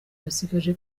basigaje